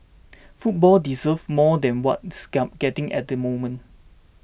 football deserves more than what it's getting at the moment